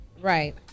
Right